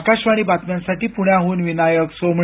आकाशवाणी बातम्यांसाठी पुण्याहून विनायक सोमणी